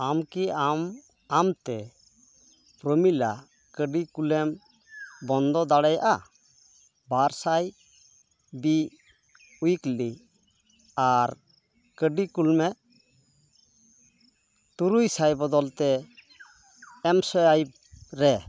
ᱟᱢᱠᱤ ᱟᱢ ᱟᱢᱛᱮ ᱯᱨᱚᱢᱤᱞᱟ ᱠᱟᱹᱣᱰᱤ ᱠᱩᱞᱮᱢ ᱵᱚᱱᱫᱚ ᱫᱟᱲᱮᱭᱟᱜᱼᱟ ᱵᱟᱨ ᱥᱟᱭ ᱵᱟᱭᱼᱩᱭᱤᱠᱞᱤ ᱼ ᱟᱨ ᱠᱟᱹᱣᱰᱤ ᱠᱩᱞᱢᱮ ᱛᱩᱨᱩᱭᱥᱟᱭ ᱵᱚᱫᱚᱞᱛᱮ ᱮᱢᱥᱩᱭᱤᱯᱨᱮ